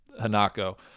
Hanako